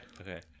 okay